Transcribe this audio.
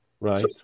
right